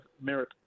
merit